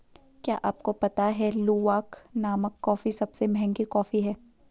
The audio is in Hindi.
क्या आपको पता है लूवाक नामक कॉफ़ी सबसे महंगी कॉफ़ी है?